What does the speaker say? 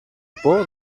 por